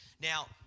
Now